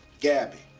gabby.